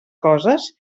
coses